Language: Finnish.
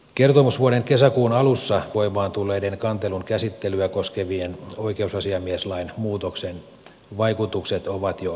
kertomusvuoden kesäkuun alussa voimaan tulleen kantelun käsittelyä koskevan oikeusasiamieslain muutoksen vaikutukset ovat jo alkaneet näkyä